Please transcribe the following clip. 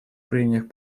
прениях